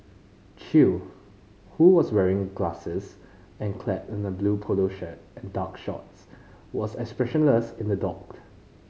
Chew who was wearing glasses and clad in a blue polo shirt and dark shorts was expressionless in the dock